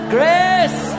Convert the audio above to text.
Grace